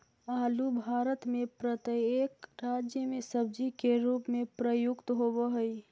आलू भारत में प्रत्येक राज्य में सब्जी के रूप में प्रयुक्त होवअ हई